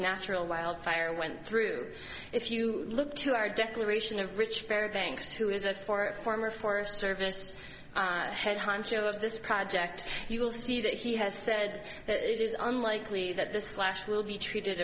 natural wildfire went through if you look to our declaration of rich very banks who is that for a former forest service head honcho of this project you will see that he has said that it is unlikely that this clash will be treated